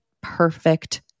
perfect